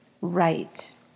Right